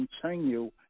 continue